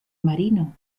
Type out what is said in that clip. marino